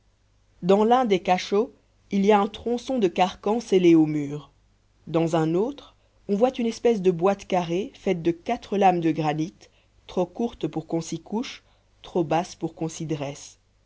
dans l'un des cachots il y a un tronçon de carcan scellé au mur dans un autre on voit une espèce de boîte carrée faite de quatre lames de granit trop courte pour qu'on s'y couche trop basse pour qu'on